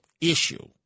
issue